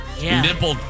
nipple